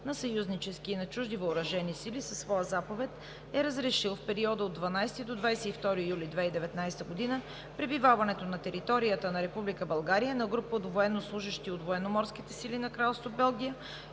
на съюзнически и чужди въоръжени сили, със своя заповед е разрешил в периода от 12 до 22 юли 2019 г. пребиваването на територията на Република България на група от военнослужещи от Военноморските сили на Кралство Белгия,